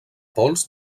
pols